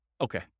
Okay